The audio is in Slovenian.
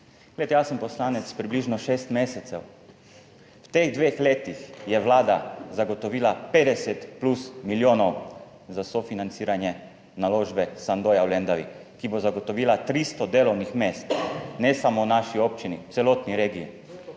Glejte, jaz sem poslanec približno šest mesecev, v teh dveh letih je Vlada zagotovila 50+ milijonov za sofinanciranje naložbe Sandoja v Lendavi, ki bo zagotovila 300 delovnih mest, ne samo v naši občini, v celotni regiji.